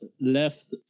left